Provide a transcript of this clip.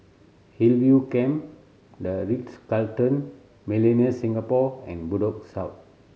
Hillview Camp The Ritz Carlton Millenia Singapore and Bedok South